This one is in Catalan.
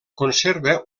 conserva